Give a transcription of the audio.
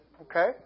Okay